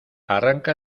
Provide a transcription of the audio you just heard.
arranca